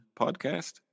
podcast